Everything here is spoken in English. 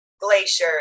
glaciers